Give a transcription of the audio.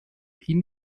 ihn